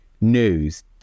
news